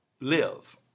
live